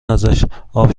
ازشاب